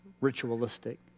ritualistic